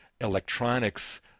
electronics